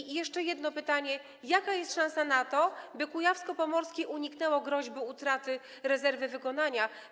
I jeszcze jedno pytanie: Jaka jest szansa na to, by Kujawsko-Pomorskie uniknęło groźby utraty rezerwy wykonania?